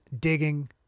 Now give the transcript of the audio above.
digging